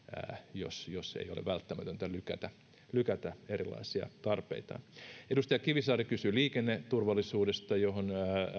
jos jos ei ole välttämätöntä lykätä lykätä erilaisia tarpeitaan edustaja kivisaari kysyi liikenneturvallisuudesta johon